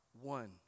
one